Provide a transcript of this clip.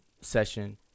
session